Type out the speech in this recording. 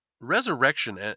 resurrection